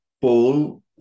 Paul